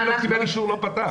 מי שלא קיבל אישור לא פתח.